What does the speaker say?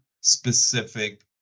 specific